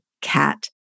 Cat